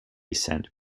cent